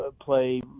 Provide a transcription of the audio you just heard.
play